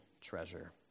treasure